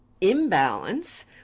imbalance